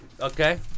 Okay